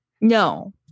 No